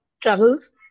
travels